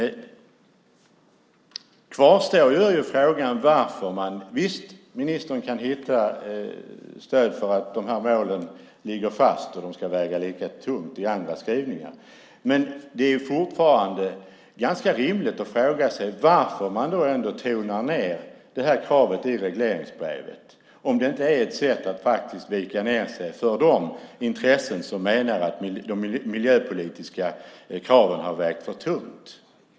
Frågan kvarstår. Visst, ministern kan hitta stöd i andra skrivningar för att de här målen ligger fast och ska väga lika tungt. Men det är fortfarande rimligt att fråga sig varför man tonar ned kravet i regleringsbrevet om det inte är ett sätt att vika ned sig för de intressen som menar att de miljöpolitiska kraven har vägt för tungt.